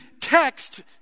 text